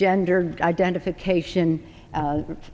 gender identification